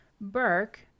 Burke